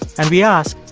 and we ask,